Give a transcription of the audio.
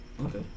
Okay